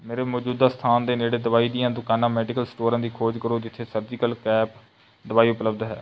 ਮੇਰੇ ਮੌਜੂਦਾ ਸਥਾਨ ਦੇ ਨੇੜੇ ਦਵਾਈ ਦੀਆਂ ਦੁਕਾਨਾਂ ਮੈਡੀਕਲ ਸਟੋਰਾਂ ਦੀ ਖੋਜ ਕਰੋ ਜਿੱਥੇ ਸਰਜੀਕਲ ਕੈਪ ਦਵਾਈ ਉਪਲਬਧ ਹੈ